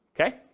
okay